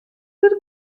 der